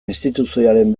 instituzioaren